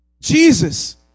Jesus